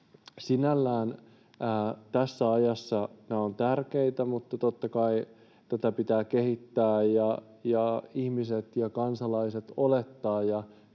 Sinällään tässä ajassa tämä on tärkeä, mutta totta kai tätä pitää kehittää. Ihmiset, kansalaiset, olettavat